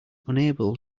unable